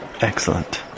Excellent